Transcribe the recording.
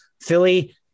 Philly